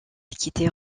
quitter